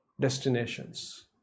destinations